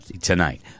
tonight